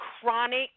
chronic